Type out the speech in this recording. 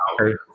Okay